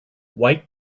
white